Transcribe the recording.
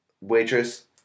waitress